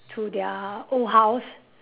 to their old house